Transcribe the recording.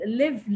live